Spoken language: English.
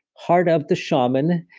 heart of the shaman.